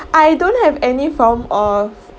I don't have any form of